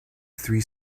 three